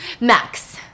Max